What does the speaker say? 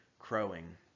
crowing